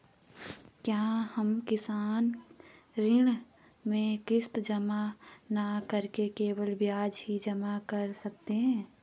क्या हम किसान ऋण में किश्त जमा न करके केवल ब्याज ही जमा कर सकते हैं?